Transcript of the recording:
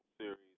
Series